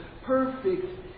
perfect